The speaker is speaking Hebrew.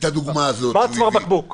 הדוגמה הזאת של פברואר